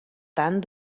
tant